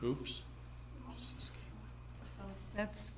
hoops that's